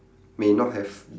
may not have